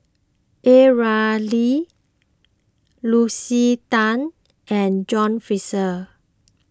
A Ramli Lucy Tan and John Fraser